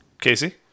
Casey